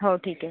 हो ठीक आहे